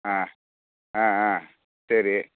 ஆ ஆ ஆ சரி